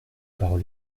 parole